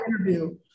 interview